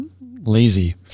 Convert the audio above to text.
lazy